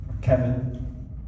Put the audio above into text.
Kevin